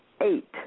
Eight